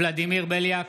ולדימיר בליאק,